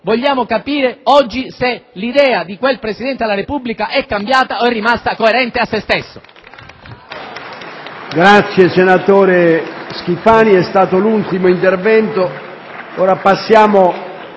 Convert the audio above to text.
Vogliamo capire se oggi l'idea di quell'ex Presidente della Repubblica è cambiata o se è rimasto coerente a se stesso.